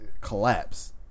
collapse